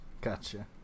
Gotcha